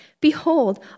Behold